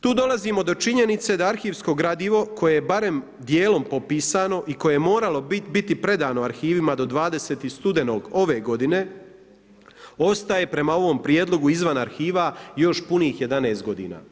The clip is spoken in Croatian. Tu dolazimo do činjenica da arhivsko gradivo koje je barem dijelom popisano i koje je moralo biti predano arhivima do 20. studenog ove godine ostaje prema ovom prijedlogu izvan arhiva još punih 11 godina.